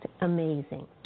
amazing